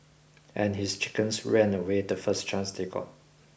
and his chickens ran away the first chance they got